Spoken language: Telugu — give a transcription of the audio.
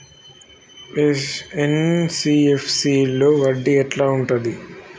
ఎన్.బి.ఎఫ్.సి లో వడ్డీ ఎట్లా ఉంటది?